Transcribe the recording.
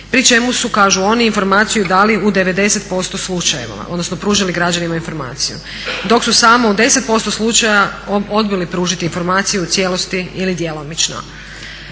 pri čemu su kažu oni informaciju dali u 90% slučajeva odnosno pružili građanima informaciju, dok su samo u 10% slučaja odbili pružiti informaciju u cijelosti ili djelomično.